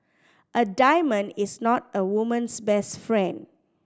a diamond is not a woman's best friend